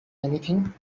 anything